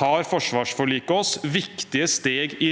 tar forsvarsforliket oss viktige steg i